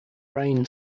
rain